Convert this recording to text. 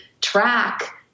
track